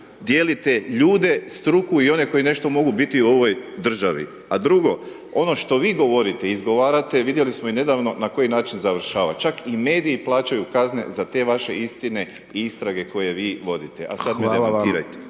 dijelite ljude, struku i one koji nešto mogu biti u ovoj državi. A drugo, ono što vi govorite i izgovarate, vidjeli smo i nedavno na koji način završava, čak i mediji plaćaju kazne za te vaše istine i istrage koje vi vodite a sad vi demantirajte.